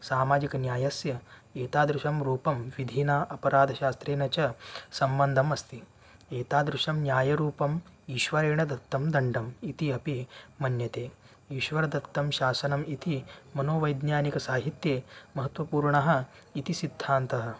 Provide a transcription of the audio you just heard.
सामाजिकन्यायस्य एतादृशं रूपं विधिना अपराधशास्त्रेण च सम्बन्धम् अस्ति एतादृशं न्यायरूपम् ईश्वरेण दत्तं दण्डम् इति अपि मन्यते ईश्वरदत्तं शासनम् इति मनोवैज्ञानिकसाहित्ये महत्वपूर्णः इति सिद्धान्तः